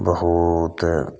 बहुत